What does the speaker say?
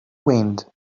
wind